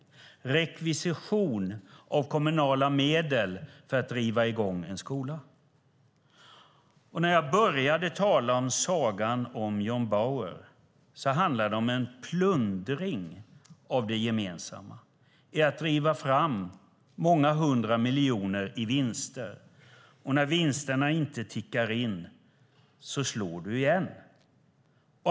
Det handlar om rekvisition av kommunala medel för att driva i gång en skola. När jag började tala om sagan om John Bauer handlade det om en plundring av det gemensamma i att driva fram många hundra miljoner i vinster. När vinsterna inte tickar in slår du igen.